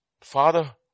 Father